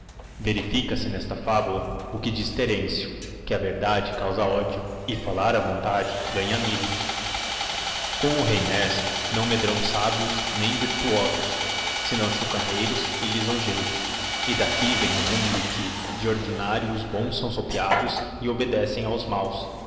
verifica-se nesta fabula o que diz terêncio que a verdade causa ódio e fallará vontade ganha amigos cora o rei necio nlio medrão sábios nem virtuosos senão chocarreiros e lisongeiros e daqui vem no mundo que de ordinário os bons são sopeados e obedecem aos mãos